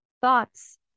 thoughts